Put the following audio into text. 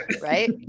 right